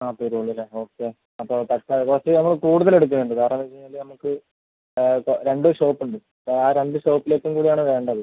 ആ ചെയ്തോളും അല്ലേ ഓക്കെ അപ്പം തക്കാളി കുറച്ച് നമ്മൾ കൂടുതൽ എടുക്കുന്നുണ്ട് കാരണം എന്താണെന്ന് വെച്ച് കഴിഞ്ഞാൽ നമുക്ക് ഇപ്പം രണ്ട് ഷോപ്പ് ഉണ്ട് ആ രണ്ട് ഷോപ്പിലേക്കും കൂടിയാണ് വേണ്ടത്